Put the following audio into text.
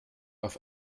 auf